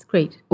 Great